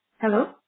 Hello